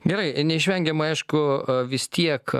gerai neišvengiamai aišku vis tiek